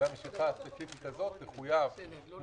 קודם כול, מדובר במשבר כמו